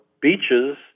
beaches